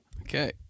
Okay